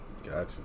Gotcha